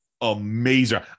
amazing